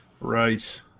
Right